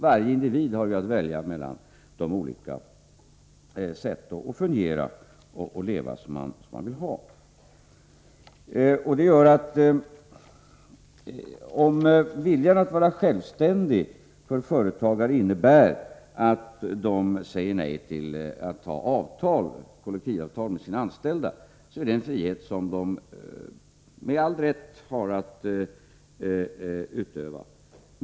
Varje individ har att välja mellan de olika sätt som finns att fungera och leva. Om viljan att vara självständig för företagare innebär att de säger nej till att ha kollektivavtal med sina anställda är det en frihet som de har all rätt att utöva.